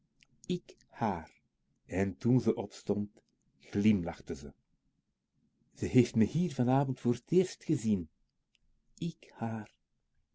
ik haar en toen ze opstond glimlachte ze ze heeft me hier vanavond voor t eerst gezien ik haar